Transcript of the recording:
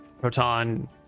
Proton